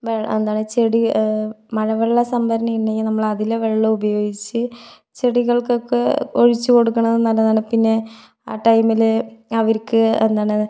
വെള്ളം എന്താണ് ചെടി മഴവെള്ള സംഭരണി ഉണ്ടെങ്കിൽ നമ്മൾ അതിലെ വെള്ളം ഉപയോഗിച്ച് ചെടികൾക്കൊക്കെ ഒഴിച്ച് കൊടുക്കണത് നല്ലതാണ് പിന്നെ ആ ടൈമിൽ അവര്ക്ക് എന്താണ്